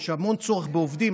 יש המון צורך בעובדים.